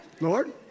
Lord